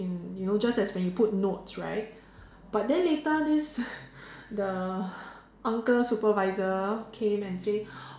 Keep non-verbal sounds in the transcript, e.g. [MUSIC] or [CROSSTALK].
in you know just as when you put notes right but then later this [LAUGHS] the uncle supervisor came and say